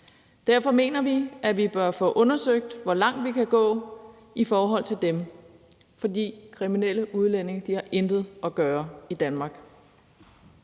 Derfor mener vi, at vi bør få undersøgt, hvor langt vi kan gå i forhold til dem. For kriminelle udlændinge har intet at gøre i Danmark.